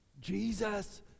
Jesus